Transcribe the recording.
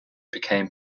became